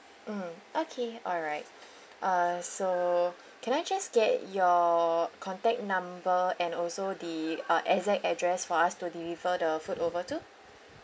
mm okay alright uh so can I just get your contact number and also the uh exact address for us to deliver the food over to